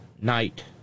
night